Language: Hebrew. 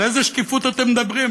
על איזה שקיפות אתם מדברים?